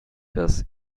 das